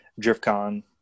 DriftCon